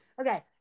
Okay